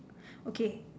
okay